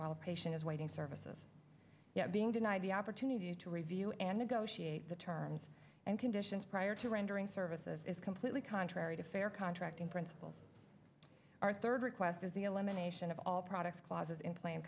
while a patient is waiting services yet being denied the opportunity to review and negotiate the terms and conditions prior to rendering services is completely contrary to fair contract in principle our third request is the elimination of all products clauses in plain